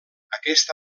aquest